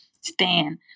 stand